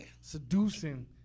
seducing